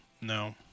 No